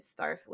Starfleet